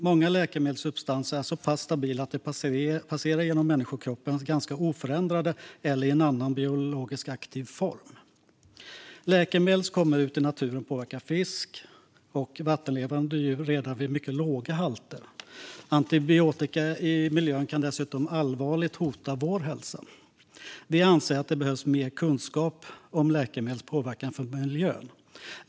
Många läkemedelssubstanser är så pass stabila att de passerar igenom människokroppen ganska oförändrade eller i en annan biologiskt aktiv form. Läkemedel som kommer ut i naturen påverkar fiskar och vattenlevande djur redan vid mycket låga halter. Antibiotika i miljön kan dessutom allvarligt hota vår hälsa. Vi anser att det behövs mer kunskap om läkemedlens påverkan på miljön.